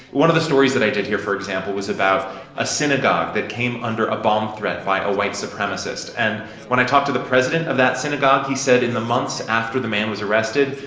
one of the stories that i did hear, for example, was about a synagogue that came under a bomb threat by a white supremacist. and when i talked to the president of that synagogue, he said in the months after the man was arrested,